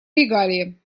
регалии